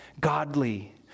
godly